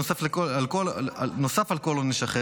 נוסף על כל עונש אחר,